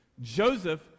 Joseph